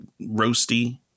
roasty